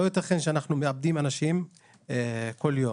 לא ייתכן שאנחנו מאבדים אנשים כל יום.